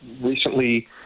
recently